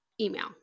email